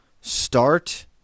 Start